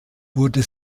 wurde